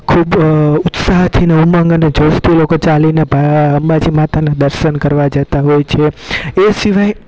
ખૂબ ઉત્સાહથી ઉમંગ અને જોશથી લોકો ચાલીને અંબાજી માતાનાં દર્શન કરવા જતા હોય છે એ સિવાય